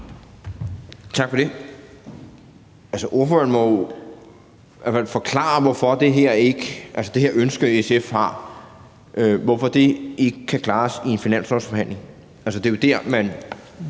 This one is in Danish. Tak for det. Ordføreren må jo i hvert fald forklare, hvorfor det her ønske, SF har, ikke kan klares i en finanslovsforhandling. Det er jo der, man